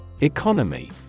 Economy